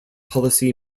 policy